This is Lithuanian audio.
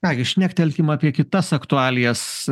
ką gi šnektelkim apie kitas aktualijas